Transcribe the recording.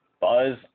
Buzz